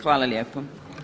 Hvala lijepo.